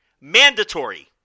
Mandatory